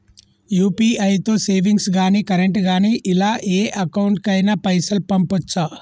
UPI తో savings గాని current గాని ఇలా ఏ అకౌంట్ కైనా పైసల్ పంపొచ్చా?